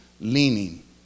leaning